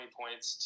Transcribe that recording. points